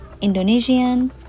Indonesian